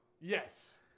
Yes